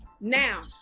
Now